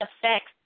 affects